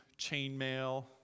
chainmail